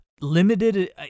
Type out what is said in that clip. limited